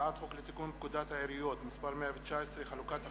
הצעת חוק לתיקון פקודת העיריות (מס' 119) (חלוקת הכנסות),